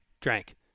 Drank